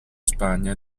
spagna